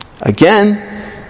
Again